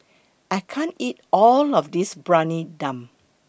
I can't eat All of This Briyani Dum